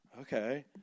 Okay